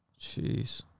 Jeez